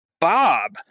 bob